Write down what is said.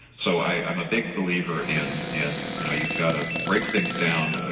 so i am a big believer in in you know you've got to break things down. ah